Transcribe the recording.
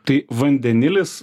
tai vandenilis